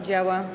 Działa.